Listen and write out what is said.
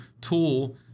tool